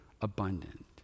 abundant